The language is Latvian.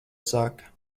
saka